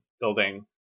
building